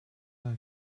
eye